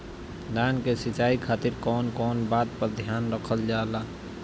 धान के सिंचाई खातिर कवन कवन बात पर ध्यान रखल जा ला?